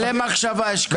מלא מחשבה יש כאן.